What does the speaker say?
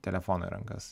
telefono į rankas